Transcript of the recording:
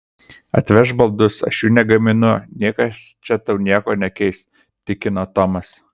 atvežk baldus aš jų negaminu niekas čia tau nieko nekeis tikino tomas